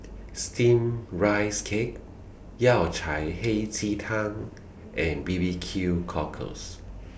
Steamed Rice Cake Yao Cai Hei Ji Tang and B B Q Cockles